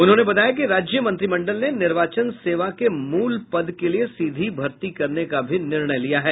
उन्होंने बताया कि राज्य मंत्रिमंडल ने निर्वाचन सेवा के मूल पद के लिए सीधी भर्ती करने का भी निर्णय लिया है